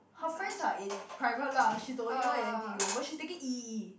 her friends are in private lah she's the only one in n_t_u but she's taking E_E_E